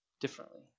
differently